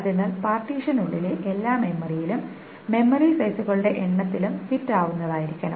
അതിനാൽ പാർട്ടീഷനുള്ളിലെ എല്ലാം മെമ്മറിയിലും മെമ്മറി സൈസുകളുടെ എണ്ണത്തിലും ഫിറ്റ് ആവുന്നതായിരിക്കണം